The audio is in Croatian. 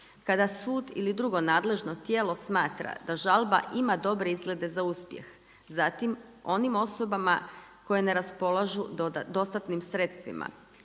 Kada sud ili drugo nadležno tijelo smatra da žalba ima dobre izglede za uspjeh, zatim onim osobama koje ne raspolažu dostatnim sredstvima,